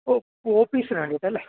ഓപ്പീസിന് വേണ്ടീട്ടല്ലേ